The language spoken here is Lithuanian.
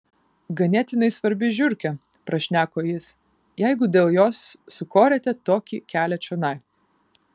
ganėtinai svarbi žiurkė prašneko jis jeigu dėl jos sukorėte tokį kelią čionai